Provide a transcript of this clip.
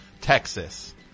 Texas